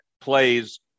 plays